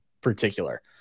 particular